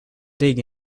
dig